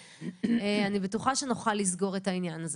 ואני בטוחה שנוכל לסגור את העניין הזה.